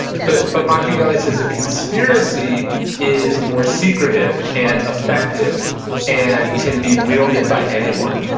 but but machiavelli says a conspiracy is more secretive and effective and can be wielded by anyone.